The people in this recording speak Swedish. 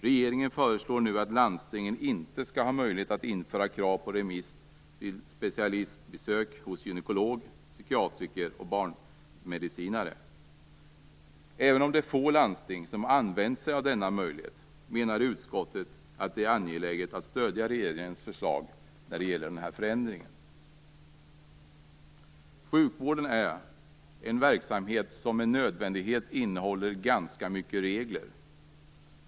Regeringen föreslår nu att landstingen inte skall ha möjlighet att införa krav på remiss vid specialistbesök hos gynekolog, psykiatriker och barnmedicinare. Även om det är få landsting som har använt sig av denna möjlighet menar utskottet att det är angeläget att stödja regeringens förslag när det gäller den här förändringen. Sjukvården är en verksamhet som med nödvändighet innehåller ganska mycket regler.